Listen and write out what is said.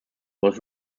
was